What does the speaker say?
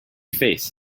face